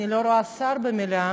אני לא רואה שר במליאה.